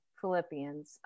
Philippians